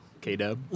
K-Dub